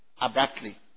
Abruptly